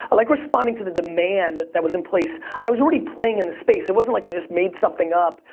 ah like, we're responding to the demand that was in place. i was already playing in the space. it wasn't like i just made something up,